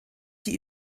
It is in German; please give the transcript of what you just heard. die